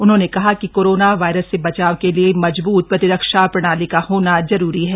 उन्होंने कहा कि कोरोना वायरस से बचाव के लिए मजबूत प्रतिरक्षा प्रणाली का होना जरूरी है